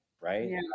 Right